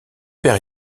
père